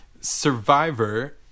survivor